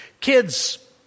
Kids